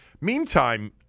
Meantime